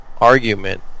argument